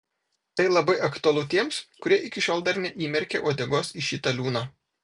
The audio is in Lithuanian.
tai labai aktualu tiems kurie iki šiol dar neįmerkė uodegos į šitą liūną